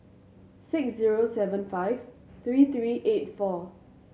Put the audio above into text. six zero seven five three three eight four